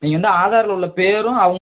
நீங்கள் வந்து ஆதாரில் உள்ளே பேரும் அவு